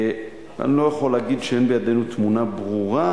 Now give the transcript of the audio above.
אני לא יכול להגיד שבידינו תמונה ברורה,